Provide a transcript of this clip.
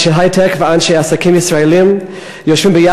אנשי היי-טק ואנשי עסקים מישראל יושבים עם